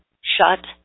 shut